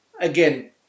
again